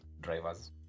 drivers